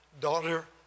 daughter